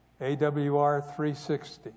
AWR360